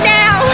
now